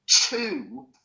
two